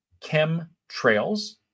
chemtrails